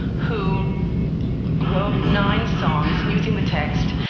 who wrote nine songs using the text,